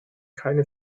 keine